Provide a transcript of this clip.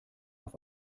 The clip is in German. auf